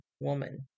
woman